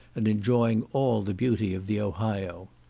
and enjoying all the beauty of the ohio.